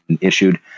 issued